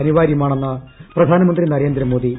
അനിവാര്യമാണെന്ന് പ്രധാനമന്ത്രി നരേന്ദ്രമോദി